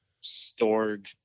stored